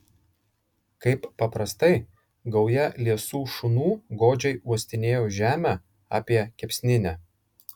kaip paprastai gauja liesų šunų godžiai uostinėjo žemę apie kepsninę